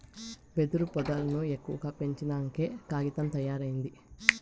వెదురు పొదల్లను ఎక్కువగా పెంచినంకే కాగితం తయారైంది